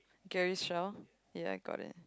Gary Shell